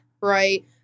right